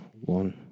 One